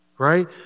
Right